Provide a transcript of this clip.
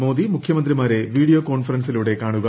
മോദി മുഖ്യമന്ത്രിമാരെ വീഡിയോ കോൺഫറൻസിലൂടെ കാണുക